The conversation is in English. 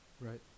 Right